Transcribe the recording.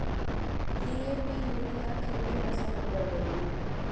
DAP urea ಖನಿಜ ರಸಗೊಬ್ಬರಗಳು